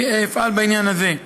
ואני אפעל בעניין הזה.